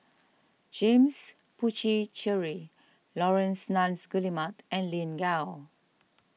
James Puthucheary Laurence Nunns Guillemard and Lin Gao